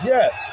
Yes